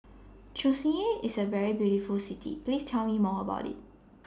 Chisinau IS A very beautiful City Please Tell Me More about IT